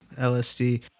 LSD